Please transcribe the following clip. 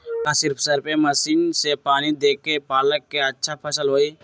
का सिर्फ spray machine से पानी देके पालक के अच्छा फसल होई?